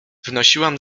wnosiłam